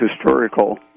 historical